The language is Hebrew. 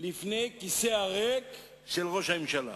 ממדרגה ראשונה.